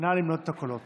נא למנות את הקולות.